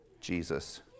Jesus